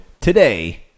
today